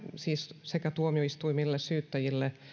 siis tuomioistuimille syyttäjille